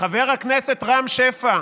חבר הכנסת רם שפע,